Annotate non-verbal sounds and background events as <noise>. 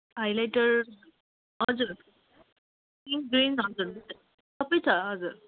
high lighter हजुर king <unintelligible> हजुर सबै छ हजुर